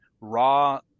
raw